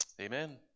Amen